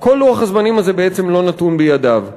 כל לוח הזמנים הזה בעצם לא נתון בידיו.